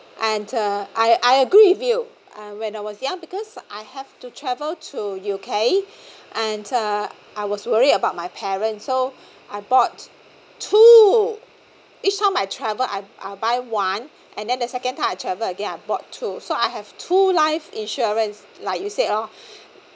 and uh I I agree with you uh when I was young because I have to travel to U_K and uh I was worried about my parent so I bought two each time I travel I I buy one and then the second time I travel again I bought two so I have two life insurance like you said lor